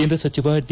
ಕೇಂದ್ರ ಸಚಿವ ಡಿ